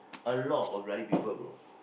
a lot of bloody people bro